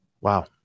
Wow